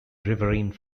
riverine